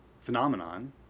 phenomenon